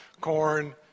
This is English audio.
Corn